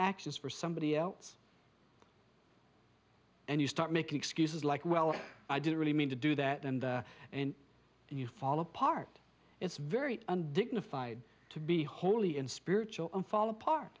actions for somebody else and you start making excuses like well i didn't really mean to do that and and you fall apart it's very undignified to be holy and spiritual and fall apart